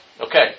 Okay